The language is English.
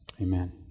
Amen